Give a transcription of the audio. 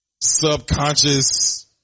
subconscious